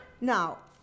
Now